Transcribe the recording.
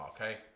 Okay